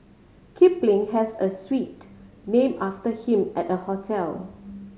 Kipling has a suite named after him at the hotel